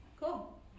cool